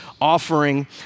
offering